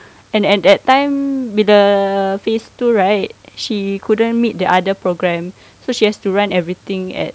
and at that time bila phase two right she couldn't meet the other program so she has to run everything at